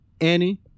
Annie